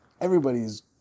Everybody's